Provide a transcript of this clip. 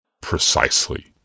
Precisely